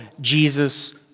Jesus